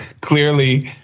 clearly